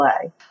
play